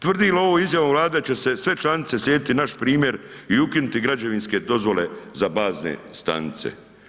Tvrdi li ovo izjavom Vlade da će se sve članice slijediti naš primjer i ukinuti građevinske dozvole za bazne stanice?